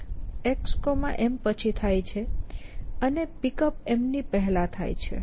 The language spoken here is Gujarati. xM પછી થાય છે અને Pickup ની પહેલા થાય છે